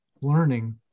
learning